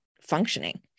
functioning